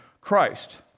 Christ